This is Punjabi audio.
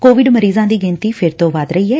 ਕੋਵਿਡ ਮਰੀਜਾਂ ਦੀ ਗਿਣਤੀ ਫਿਰ ਤੋਂ ਵੱਧ ਰਹੀ ਐ